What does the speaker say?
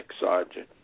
sergeant